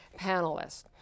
panelists